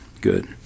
good